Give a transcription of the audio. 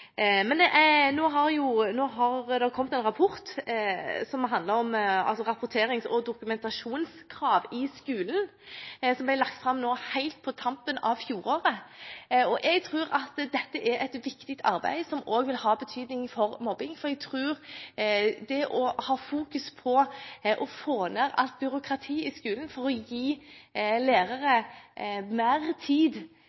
En rapport som handler om rapporterings- og dokumentasjonskrav i skolen, ble lagt fram helt på tampen av fjoråret. Jeg tror dette er et viktig arbeid som også vil ha betydning for mobbing. Jeg tror man må fokusere på å få ned alt byråkratiet i skolen for å gi lærere mer tid